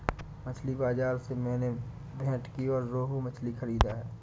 मछली बाजार से मैंने भेंटकी और रोहू मछली खरीदा है